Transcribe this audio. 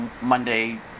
monday